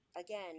Again